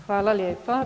Hvala lijepa.